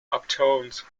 upturned